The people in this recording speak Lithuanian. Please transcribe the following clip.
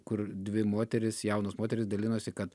kur dvi moterys jaunos moterys dalinosi kad